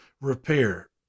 repair